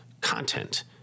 content